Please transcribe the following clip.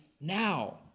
now